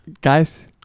guys